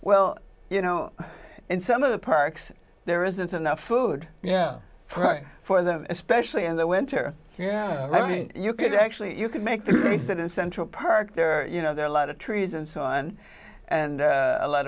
well you know and some of the parks there isn't enough food yeah right for them especially in the winter yeah i mean you could actually you could make them sit in central park there you know there are a lot of trees and so on and a lot